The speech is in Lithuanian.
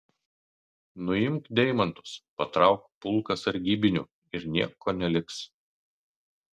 nuimk deimantus patrauk pulką sargybinių ir nieko neliks